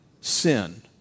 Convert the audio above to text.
sin